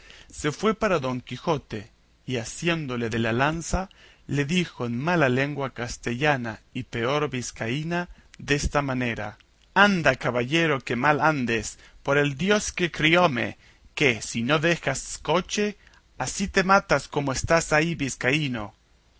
se fue para don quijote y asiéndole de la lanza le dijo en mala lengua castellana y peor vizcaína desta manera anda caballero que mal andes por el dios que crióme que si no dejas coche así te matas como estás ahí vizcaíno